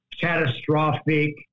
catastrophic